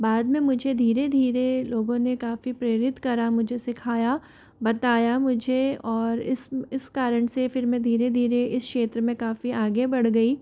बाद में मुझे धीरे धीरे लोगों ने काफ़ी प्रेरित करा मुझे सिखाया बताया मुझे और इस इस कारण से फिर मैं धीरे धीरे इस क्षेत्र में काफ़ी आगे बढ़ गई